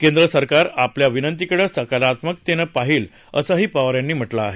केंद्र सरकारं आपल्या विनंतीकडे सकारात्मकतेनं पाहील असंही पवार यांनी म्हटलं आहे